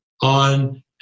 on